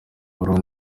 burundu